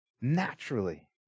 naturally